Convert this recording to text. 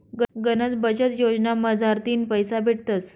गनच बचत योजना मझारथीन पैसा भेटतस